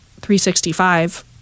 365